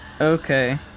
Okay